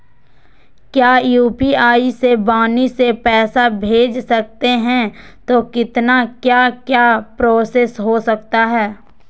क्या यू.पी.आई से वाणी से पैसा भेज सकते हैं तो कितना क्या क्या प्रोसेस हो सकता है?